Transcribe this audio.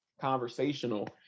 conversational